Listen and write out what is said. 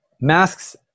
masks